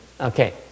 Okay